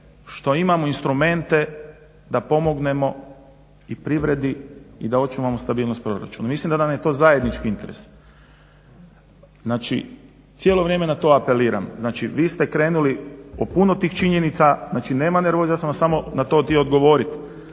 što imamo instrumente da pomognemo i privredi i da očuvamo stabilnost proračuna. Mislim da nam je to zajednički interes. Znači, cijelo vrijeme na to apeliram. Znači, vi ste krenuli u puno tih činjenica, znači nema nervoze ja sam vam samo na to htio odgovoriti